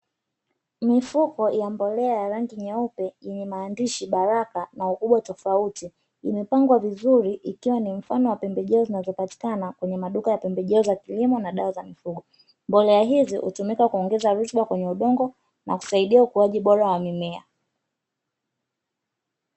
Mifuko ya mbolea ya rangi nyeupe yenye maandishi "Baraka" na ukubwa tofauti, imepangwa vizuri ikiwa ni mfano wa pembejeo zinazopatikana kwenye maduka ya pembejeo za kilimo na dawa za mifugo. Mbolea hizi hutumika kuongeza rutuba kwenye udongo na kusaidia ukuaji bora wa mimea.